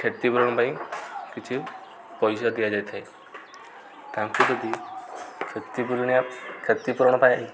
କ୍ଷତିପୂରଣ ପାଇଁ କିଛି ପଇସା ଦିଆ ଯାଇଥାଏ ତାଙ୍କୁ ଯଦି କ୍ଷତିପୂରଣିୟା କ୍ଷତିପୂରଣ ପାଇଁ